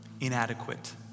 inadequate